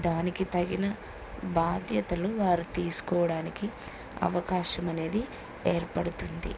దానికి తగిన బాధ్యతలు వారు తీసుకోవడానికి అవకాశం అనేది ఏర్పడుతుంది